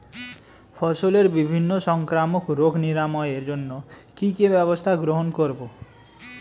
ফসলের বিভিন্ন সংক্রামক রোগ নিরাময়ের জন্য কি কি ব্যবস্থা গ্রহণ করব?